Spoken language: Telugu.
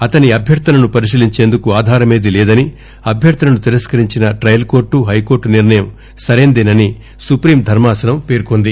అతని అభ్యర్దనను పరిశీలించేందుకు ఆధారమేదీ లేదని అభ్యర్దనను తిరస్కరించిన ట్రయల్ కోర్టు హైకోర్టు నిర్ణయం సరైందేనని సుప్రీం ధర్మా సనం పేర్కొంది